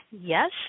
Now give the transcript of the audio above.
yes